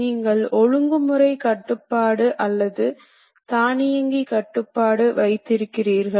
நீங்கள் பல்வேறு வகையான கருவிகளை வைத்து வேலை செய்ய வேண்டியிருக்கலாம்